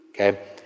Okay